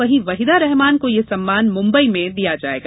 वहीं वाहिदा रहमान को ये सम्मान मुंबई में दिया जाएगा